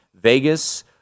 Vegas